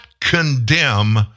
condemn